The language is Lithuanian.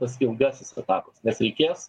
tas ilgasis etapas nes reikės